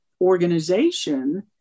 organization